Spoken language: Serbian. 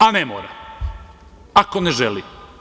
A ne mora, ako ne želi.